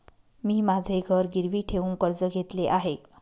मी माझे घर गिरवी ठेवून कर्ज घेतले आहे